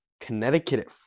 Connecticut